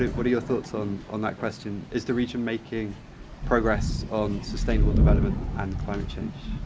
what are your thoughts on on that question? is the region making progress on sustainable development and climate change?